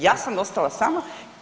Ja sam ostala sama.